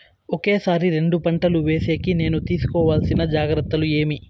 ఒకే సారి రెండు పంటలు వేసేకి నేను తీసుకోవాల్సిన జాగ్రత్తలు ఏమి?